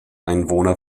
einwohner